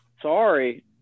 sorry